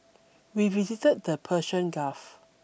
we visited the Persian Gulf